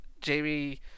Jamie